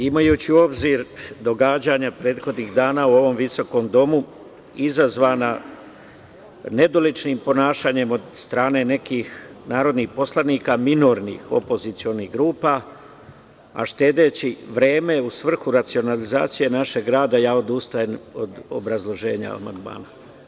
Imajući u obzir događanja prethodnih dana u ovom visokom domu, izazvana nedoličnim ponašanjem od strane nekih narodnih poslanika minornih opozicionih grupa, a štedeći vreme u svrhu racionalizacije našeg rada, ja odustajem od obrazloženja amandmana.